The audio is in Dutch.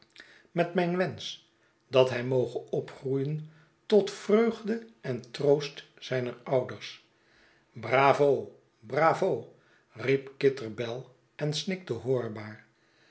met mijn wensch dat hij moge opgroeien tot vreugde en troost zijner ouders bravo bravo riep kitterbell en snikte